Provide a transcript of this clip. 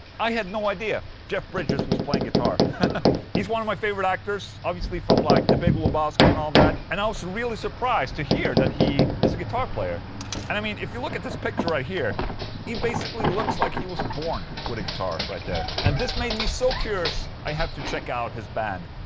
i had no idea jeff bridges was playing guitar he's one of my favorite actors obviously, from like the big lebowski and all that and i was really surprised to hear that he is a guitar player and i mean, if you look at this picture right here he basically looks like he was born with a guitar right there and this made me so curious i have to check out his band.